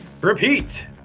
repeat